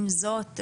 עם זאת,